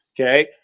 okay